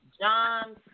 John